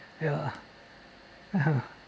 yeah